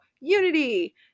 unity